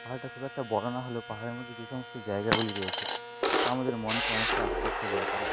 পাহাড়টা খুব একটা বড়ো না হলেও পাহাড়ের মধ্যে যে সমস্ত জায়গাগুলি রয়েছে তা আমাদের মনকে অনেকটা আকৃষ্ট করে তোলে